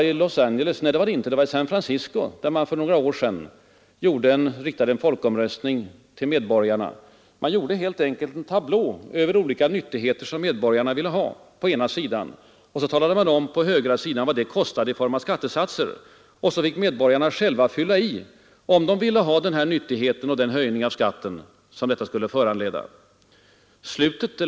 I San Francisco hade man för några år sedan en folkomröstning, där man helt enkelt gjorde en tablå och på ena sidan talade om vilka nyttigheter som medborgarna ville ha och på den andra sidan redovisade vad de kostade i form av skattesatser. Och så fick medborgarna själva fylla i om de ville ha nyttigheten och den höjning av skatten som den skulle föranleda.